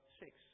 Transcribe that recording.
six